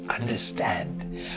understand